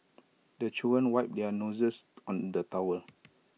the children wipe their noses on the towel